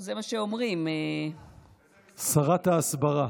איזה מנכ"לית יש במשרדי הממשלה?